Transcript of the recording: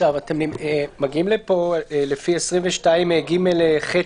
אתם מגיעים לפה לפי 22ג(ח)(2),